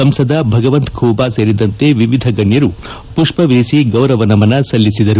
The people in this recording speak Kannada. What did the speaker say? ಸಂಸದ ಭಗವಂತ ಖೂಬಾ ಸೇರಿದಂತೆ ವಿವಿಧ ಗಣ್ಣರು ಪುಷ್ವವಿರಿಸಿ ಗೌರವ ನಮನ ಸಲ್ಲಿಸಿದರು